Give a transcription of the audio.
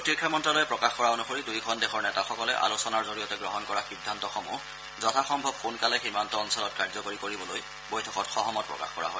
প্ৰতিৰক্ষা মন্ত্যালয়ে প্ৰকাশ কৰা অনুসৰি দুয়োখন দেশৰ নেতাসকলে আলোচনাৰ জৰিয়তে গ্ৰহণ কৰা সিদ্ধান্তসমূহ যথাসমূহ সোনকালে সীমান্ত অঞ্চলত কাৰ্যকৰী কৰিবলৈ বৈঠকত সহমত প্ৰকাশ কৰা হয়